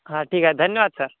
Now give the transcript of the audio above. हा ठीक आहे धन्यवाद सर